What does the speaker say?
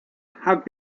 have